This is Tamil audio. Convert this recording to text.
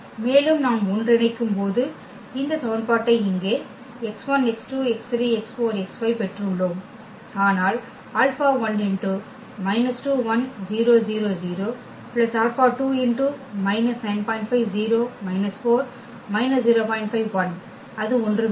மேலும் நாம் ஒன்றிணைக்கும்போது இந்த சமன்பாட்டை இங்கே பெற்றுள்ளோம் ஆனால் அது ஒன்றுமில்லை